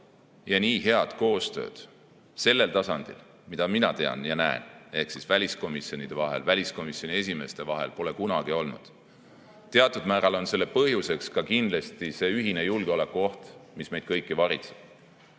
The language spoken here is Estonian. ja nii head koostööd sellel tasandil, mida mina tean ja näen, ehk väliskomisjonide vahel, väliskomisjoni esimeeste vahel, pole kunagi olnud. Teatud määral on selle põhjus kindlasti see ühine julgeolekuoht, mis meid kõiki varitseb.